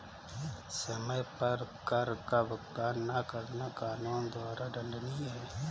समय पर कर का भुगतान न करना कानून द्वारा दंडनीय है